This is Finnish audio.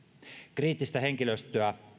kriittistä henkilöstöä